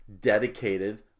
dedicated